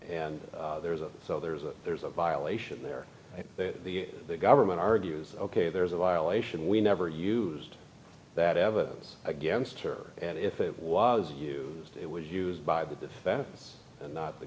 and there's a so there's a there's a violation there that the government argues ok there's a violation we never used that evidence against her and if it was used it was used by the defense and not the